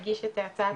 הגיש את הצעת החוק.